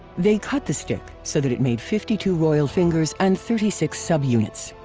they cut the stick so that it made fifty two royal fingers and thirty six subunits.